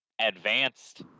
Advanced